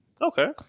Okay